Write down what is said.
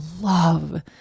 love